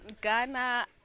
Ghana